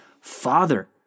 Father